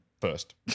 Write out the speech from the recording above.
first